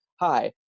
hi